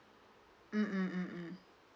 mm mm mm mm